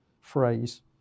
phrase